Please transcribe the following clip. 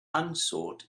unsought